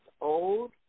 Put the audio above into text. old